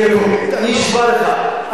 אני אהיה מקורי, נשבע לך.